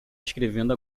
escrevendo